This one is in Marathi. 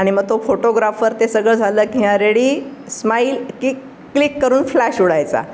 आणि मग तो फोटोग्राफर ते सगळं झालं की हां रेडी स्माइल किक क्लिक करून फ्लॅश उडायचा